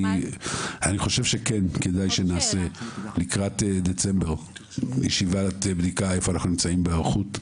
כדאי שנעשה לקראת דצמבר ישיבת בדיקה איפה אנחנו נמצאים בהיערכות.